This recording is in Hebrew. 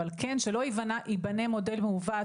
אבל שלא ייבנה מודל מעוות,